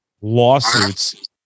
lawsuits